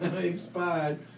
Expired